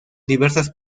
diversas